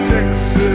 Texas